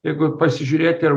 jeigu pasižiūrėti